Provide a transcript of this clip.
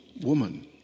woman